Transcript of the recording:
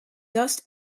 dust